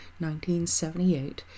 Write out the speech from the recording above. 1978